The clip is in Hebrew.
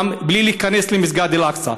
גם בלי להיכנס למסגד אל-אקצא.